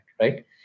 right